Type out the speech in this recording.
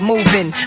Moving